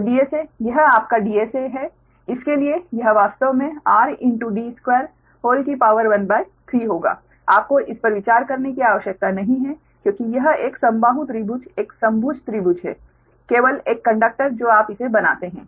तो DSA यह आपका DSA है इस के लिए यह वास्तव में 13 होगा आपको इस पर विचार करने की आवश्यकता नहीं है क्योंकि यह एक समबाहु त्रिभुज एक समभुज त्रिभुज है केवल एक कंडक्टर जो आप इसे बनाते हैं